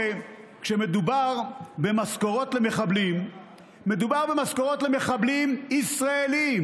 הרי כשמדובר במשכורות למחבלים מדובר במשכורות למחבלים ישראלים,